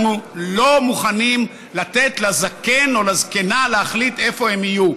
אנחנו לא מוכנים לתת לזקן או לזקנה להחליט איפה הם יהיו.